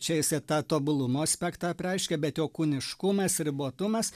čia jisai tą tobulumo aspektą apreiškia bet jo kūniškumas ribotumas